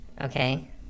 Okay